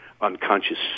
unconscious